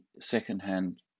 secondhand